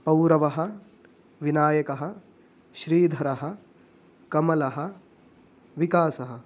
पौरवः विनायकः श्रीधरः कमलः विकासः